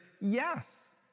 yes